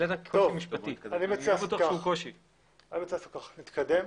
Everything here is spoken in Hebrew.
אני מציע שנתקדם.